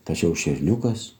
tačiau šerniukas